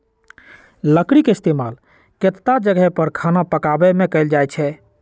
लकरी के इस्तेमाल केतता जगह पर खाना पकावे मे कएल जाई छई